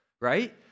right